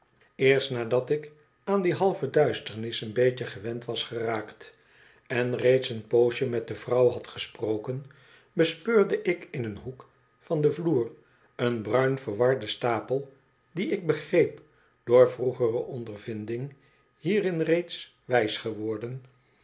eerst nadat ik aan die halve duisternis een beetje gewend was geraakt en reeds een poosje met de vrouw had gesproken bespeurde ik in een hoek van den vloer een bruin verwarden stapel die ik begreep door vroegere ondervinding hierin reeds wijs geworden